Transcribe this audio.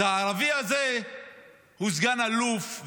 אז הערבי הזה הוא סגן אלוף,